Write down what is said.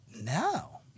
no